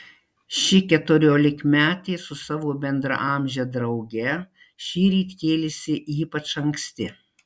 ši keturiolikmetė su savo bendraamže drauge šįryt kėlėsi ypač anksti